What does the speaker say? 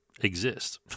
exist